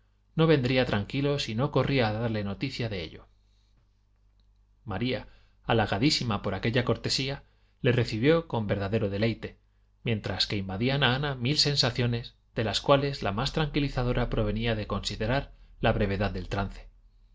no vendría tranquilo si no corría a darle noticia de ello maría halagadísima por aquella cortesía le recibió con verdadero deleite mientras que invadían a ana mil sensaciones de las cuales la más tranquilizadora provenía de considerar la brevedad del trance